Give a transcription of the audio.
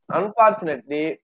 Unfortunately